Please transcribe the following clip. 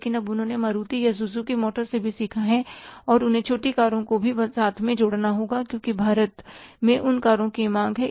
लेकिन अब उन्होंने मारुति या सुजुकी मोटर्स से भी सीखा है कि उन्हें छोटी कारों को भी साथ में जोड़ना होगा क्योंकि भारत में उन कारों की मांग है